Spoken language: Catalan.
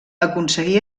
aconseguí